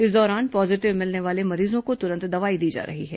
इस दौरान पॉजीटिव मिलने वाले मरीजों को तुरंत दवाई दी जा रही है